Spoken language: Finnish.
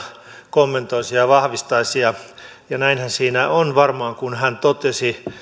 kommentoisi ja vahvistaisi ja näinhän se varmaan on kuin hän totesi